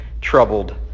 troubled